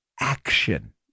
action